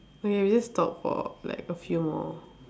okay we just talk for like a few more